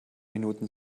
minuten